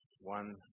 One